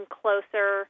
closer